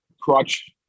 crutch